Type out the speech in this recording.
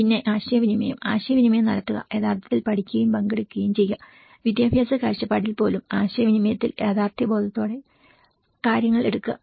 പിന്നെ ആശയവിനിമയം ആശയവിനിമയം നടത്തുക യഥാർത്ഥത്തിൽ പഠിക്കുകയും പങ്കെടുക്കുകയും ചെയ്യുക വിദ്യാഭ്യാസ കാഴ്ചപ്പാടിൽ പോലും ആശയവിനിമയത്തിൽ യാഥാർത്ഥ്യബോധത്തോടെ കാര്യങ്ങൾ എടുക്കുക